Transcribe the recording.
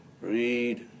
Read